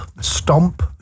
stomp